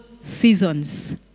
seasons